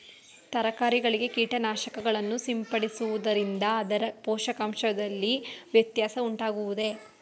ತರಕಾರಿಗಳಿಗೆ ಕೀಟನಾಶಕಗಳನ್ನು ಸಿಂಪಡಿಸುವುದರಿಂದ ಅದರ ಪೋಷಕಾಂಶದಲ್ಲಿ ವ್ಯತ್ಯಾಸ ಉಂಟಾಗುವುದೇ?